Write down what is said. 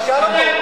שאמה.